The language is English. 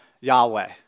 Yahweh